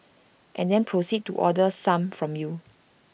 and then proceed to order some from you